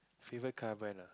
favourite car brand ah